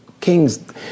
Kings